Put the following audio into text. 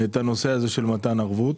את הנושא הזה של מתן ערבות,